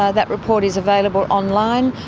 ah that report is available online,